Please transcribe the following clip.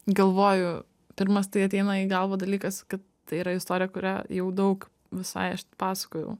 galvoju pirmas tai ateina į galvą dalykas kad tai yra istorija kurią jau daug visai aš pasakojau